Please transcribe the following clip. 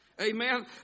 Amen